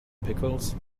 pickles